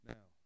Now